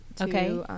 Okay